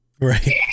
right